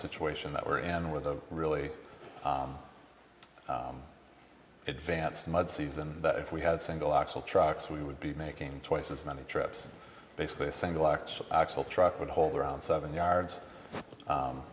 situation that we're in with a really advanced mud season but if we had single axle trucks we would be making twice as many trips basically a single actual truck would hold around seven yards